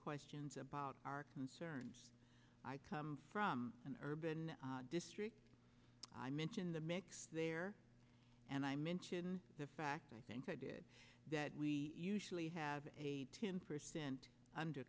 questions about our concerns i come from an urban district i mention the mix there and i mention the fact i think i did that we usually have a ten percent